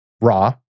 RAW